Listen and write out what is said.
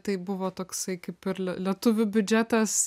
tai buvo toksai kaip ir le lietuvių biudžetas